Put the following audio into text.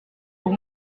pour